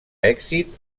èxit